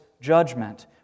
judgment